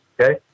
okay